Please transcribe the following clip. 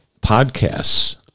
podcasts